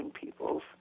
peoples